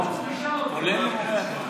כולל מורי הדרך.